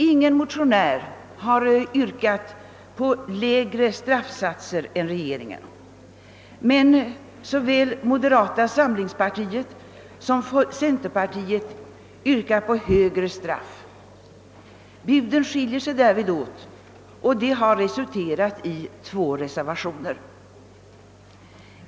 Ingen motionär har yrkat på lägre straffsatser än regeringen, men såväl moderata samlingspartiet som centerpartiet yrkar på högre straff. Buden skiljer sig därvid åt, vilket resulterat i två reservationer.